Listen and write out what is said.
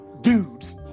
dudes